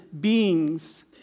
beings